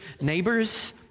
neighbors